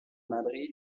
madre